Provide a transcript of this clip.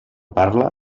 parla